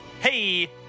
Hey